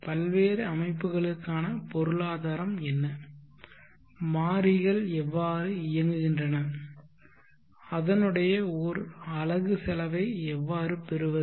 பல்வேறு அமைப்புகளுக்கான பொருளாதாரம் என்ன மாறிகள் எவ்வாறு இயங்குகின்றன அதனுடைய ஓர் அலகு செலவை எவ்வாறு பெறுவது